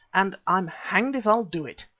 and i'm hanged if i'll do it!